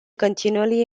continually